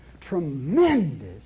tremendous